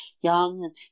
young